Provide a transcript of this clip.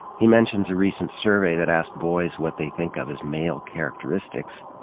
he mentions a recent survey that asked boys what they think of as male characteristics.